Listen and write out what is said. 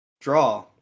Draw